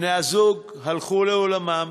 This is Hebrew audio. בני-הזוג הלכו לעולמם,